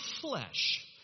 flesh